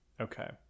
Okay